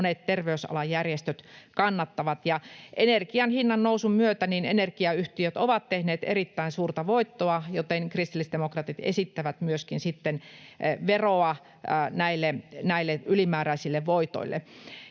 monet terveysalan järjestöt kannattavat. Ja energian hinnannousun myötä energiayhtiöt ovat tehneet erittäin suurta voittoa, joten kristillisdemokraatit esittävät myöskin sitten veroa näille ylimääräisille voitoille.